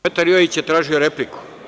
Petar Jojić je tražio repliku.